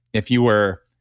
if you were,